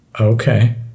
okay